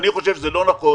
אני חושב שזה לא נכון